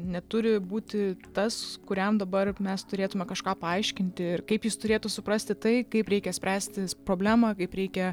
neturi būti tas kuriam dabar mes turėtume kažką paaiškinti ir kaip jis turėtų suprasti tai kaip reikia spręstis problemą kaip reikia